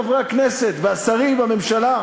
חברי הכנסת והשרים בממשלה.